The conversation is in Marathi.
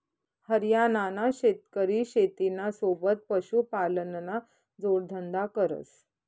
हरियाणाना शेतकरी शेतीना सोबत पशुपालनना जोडधंदा करस